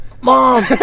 Mom